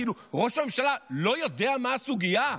כאילו, ראש הממשלה לא יודע מה הסוגיה?